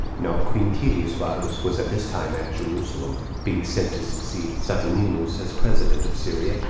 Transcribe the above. now quintilius varus was at this time at jerusalem, being sent to succeed saturninus as president of syria,